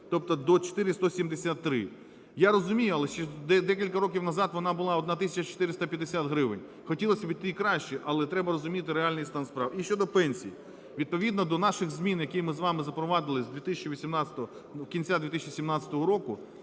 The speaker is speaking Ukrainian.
тобто до 4173. Я розумію, але ще декілька років назад вона була 1 тисяча 450 гривень. Хотілося би й краще, але треба розуміти реальний стан справ. І щодо пенсій. Відповідно до наших змін, які ми з вами запровадили з 2018-го, кінця 2017 року,